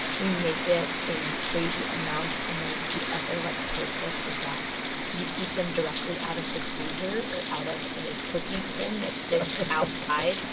we make it in crazy amounts and the other like pro-tip is that you eat them directly out of the freezer or out of a cookie tin that sits outside.